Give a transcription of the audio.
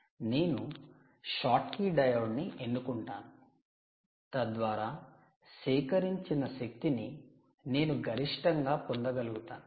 నేను 'Schottky diode' 'Schottky diodes' ని ఎన్నుకుంటాను తద్వారా సేకరించిన శక్తిని నేను గరిష్టంగా పొందగలుగుతాను